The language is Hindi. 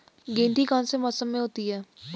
गेंठी कौन से मौसम में होती है?